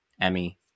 Emmy